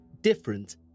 different